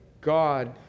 God